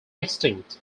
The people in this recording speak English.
extinct